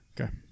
Okay